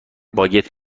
باگت